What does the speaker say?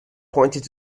pointed